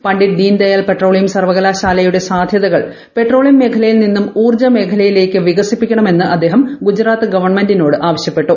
Pandit Deendayal petroleum സർവകലാശാലയുടെ സാധ്യതകൾ petroleum മേഖലയിൽ നിന്നും ഊർജ്ജ മേഖലയിലേക്ക് വികസിപ്പിക്കണം എന്ന് അദ്ദേഹം ഗുജറാത്ത് ഗവൺമെന്റിനോട് ആവശ്യപ്പെട്ടു